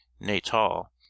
natal